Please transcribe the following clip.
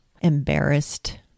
embarrassed